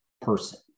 person